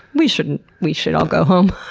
we should we should all go home.